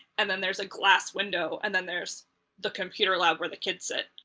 and then there's a glass window and then there's the computer lab where the kids sit.